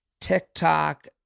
TikTok